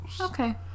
Okay